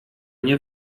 nie